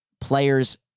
players